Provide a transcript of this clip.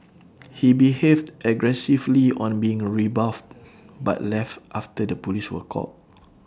he behaved aggressively on being rebuffed but left after the Police were called